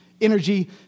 energy